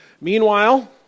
Meanwhile